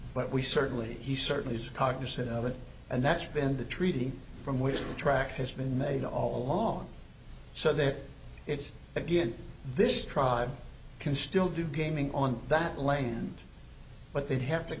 but we certainly he certainly is cognizant of it and that's been the treaty from which the track has been made all along so that it's again this tribe can still do gaming on that land but they'd have to